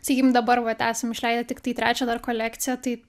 sakykim dabar vat esam išleidę tiktai trečią dar kolekciją tai